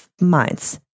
minds